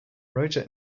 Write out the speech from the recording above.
roger